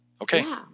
Okay